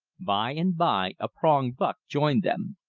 by and by a prong-buck joined them.